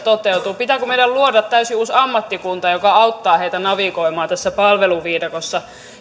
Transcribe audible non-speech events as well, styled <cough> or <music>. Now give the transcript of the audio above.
<unintelligible> toteutuu pitääkö meidän luoda täysin uusi ammattikunta joka auttaa heitä navigoimaan tässä palveluviidakossa